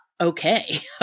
okay